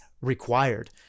required